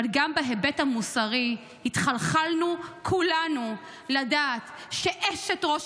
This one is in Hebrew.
אבל גם בהיבט המוסרי התחלחלנו כולנו לדעת שאשת ראש